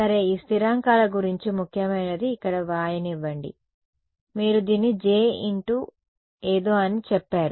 సరే ఈ స్థిరాంకాల గురించి ముఖ్యమైనది ఇక్కడ వ్రాయనివ్వండి మీరు దీన్ని j ఇంటూ ఏదో అని చెప్పారు